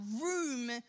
room